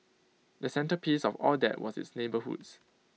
the centrepiece of all that was its neighbourhoods